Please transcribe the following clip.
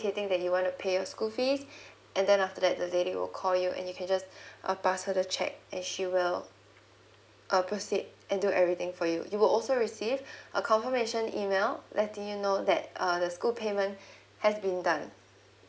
indicating that you want to pay a school fees and then after that the lady will call you and you can just uh pass her the cheque and she will uh proceed and do everything for you you will also receive a confirmation email letting you know that uh the school payment has been done